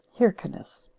hyrcanus,